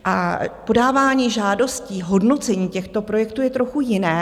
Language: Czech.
A podávání žádostí, hodnocení těchto projektů je trochu jiné.